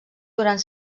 durant